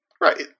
Right